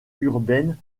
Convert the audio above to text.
urbaine